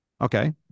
Okay